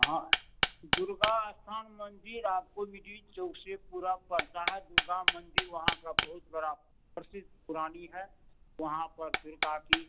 हाँ दुर्गा स्थान मंदिर आपको मिडिल चौक से पूरब पड़ता है दुर्गा मंदिर वहाँ का बहुत बड़ा प्रसिद्ध पुरानी है वहाँ पर दुर्गा की